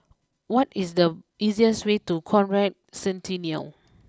what is the easiest way to Conrad Centennial